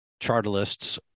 chartalists